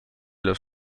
los